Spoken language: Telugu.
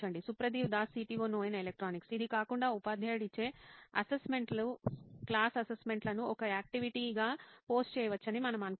సుప్రతీవ్ దాస్ CTO నోయిన్ ఎలక్ట్రానిక్స్ ఇది కాకుండా ఉపాధ్యాయుడు ఇచ్చే అసెస్మెంట్లు క్లాస్ అసెస్మెంట్లను ఒక యాక్టివిటీగా పోస్ట్ చేయవచ్చని మనం అనుకోవచ్చు